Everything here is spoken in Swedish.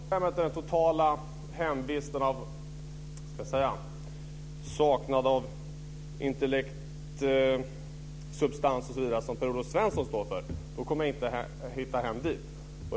Fru talman! Om barndomshemmet är det totala hemvistet för den saknad av intellekt, substans osv. som Per-Olof Svensson står för så kommer jag inte att hitta hem dit.